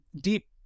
deep